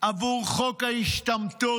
עבור חוק ההשתמטות.